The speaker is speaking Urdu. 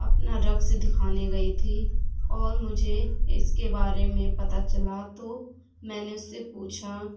اپنا رقص دکھانے گئی تھی اور مجھے اس کے بارے میں پتہ چلا تو میں نے اس سے پوچھا